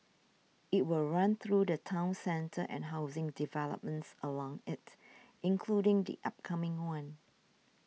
it will run through the town centre and housing developments along it including the upcoming one